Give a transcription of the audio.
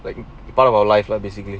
like part of our life lah basically